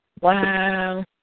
Wow